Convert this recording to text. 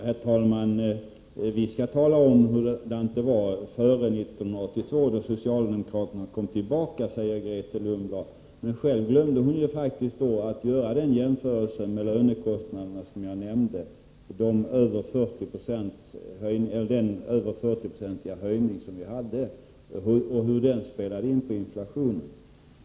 Herr talman! Vi skall tala om hur det var före 1982, då socialdemokraterna kom tillbaka, säger Grethe Lundblad. Men själv glömde hon faktiskt att göra den jämförelse med lönekostnaderna som jag nämnde — den över 40-procentiga höjning som vi hade och hur den spelade in på inflationen.